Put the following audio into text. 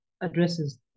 addresses